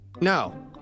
No